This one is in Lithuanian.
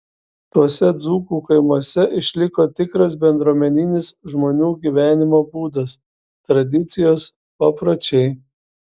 tuose dzūkų kaimuose išliko tikras bendruomeninis žmonių gyvenimo būdas tradicijos papročiai